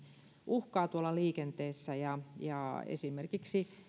uhkaa liikenteessä ja ja esimerkiksi